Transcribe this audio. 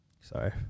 Sorry